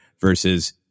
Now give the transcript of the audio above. versus